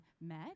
met